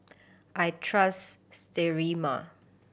I trust Sterimar